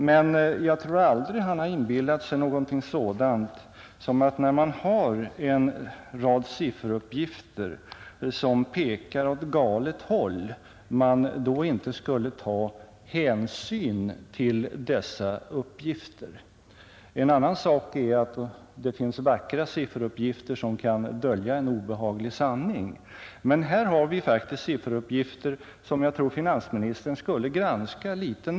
Men om man har en rad sifferuppgifter som pekar åt galet håll, så tror jag inte att Mark Twain någonsin menade att man inte skulle ta hänsyn till de uppgifterna. En annan sak är att det finns vackra sifferuppgifter som kan dölja en obehaglig sanning. Men här har vi faktiskt sifferuppgifter som jag tycker att finansministern skulle granska litet.